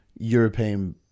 European